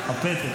הפתק.